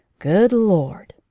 good lord!